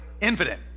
infinite